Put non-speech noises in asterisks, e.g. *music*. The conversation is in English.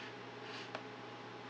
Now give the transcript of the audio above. *breath*